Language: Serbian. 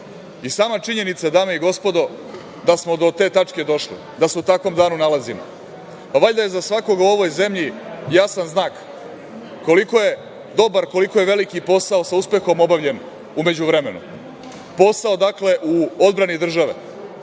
činjenica, dame i gospodo, da smo do te tačke došli, da se u takvom danu nalazimo, ali valjda je za svakoga u ovoj zemlji jasan znak koliko je dobar, koliko je veliki posao sa uspehom obavljen u međuvremenu. Posao, dakle, u odbrani države,